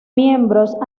miembros